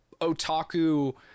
otaku